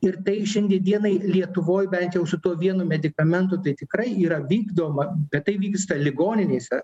ir tai šiandien dienai lietuvoj bent jau su tuo vienu medikamentu tai tikrai yra vykdoma bet tai vyksta ligoninėse